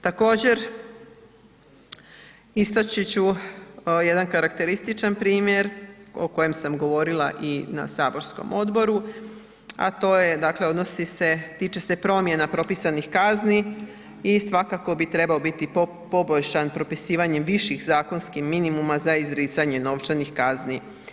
Također istači ću jedan karakterističan primjer o kojem sam govorila i na saborskom odboru, a to je dakle odnosi se tiče se promjena propisanih kazni i svakako bi trebao biti poboljšan propisivanjem viših zakonskih minimuma za izricanje novčanih kazni.